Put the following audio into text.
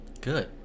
Good